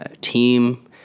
team